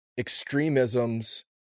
extremisms